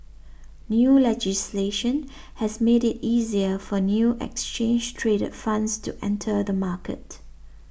new legislation has made it easier for new exchange traded funds to enter the market